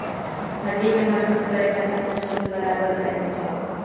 हड्डी के मजबूत करे खातिर मशरूम बराबर खाये के चाही